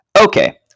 okay